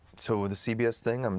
so with the cbs thing, um